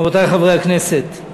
רבותי חברי הכנסת,